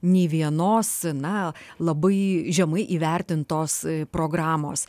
nei vienos na labai žemai įvertintos programos